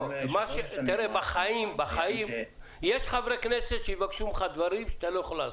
יש חברי כנסת שיבקשו ממך דברים שאתה לא יכול לעשות.